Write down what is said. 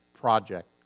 project